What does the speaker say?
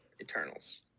eternals